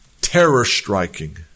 terror-striking